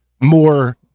more